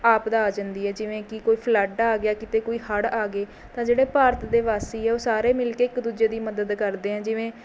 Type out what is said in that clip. ਆਪਦਾ ਆ ਜਾਂਦੀ ਹੈ ਜਿਵੇਂ ਕਿ ਕੋਈ ਫਲੱਡ ਆ ਗਿਆ ਕਿਤੇ ਕੋਈ ਹੜ੍ਹ ਆਗੇ ਤਾਂ ਜਿਹੜੇ ਭਾਰਤ ਦੇ ਵਾਸੀ ਹੈ ਉਹ ਸਾਰੇ ਮਿਲਕੇ ਇੱਕ ਦੂਜੇ ਦੀ ਮੱਦਦ ਕਰਦੇ ਐਂ ਜਿਵੇਂ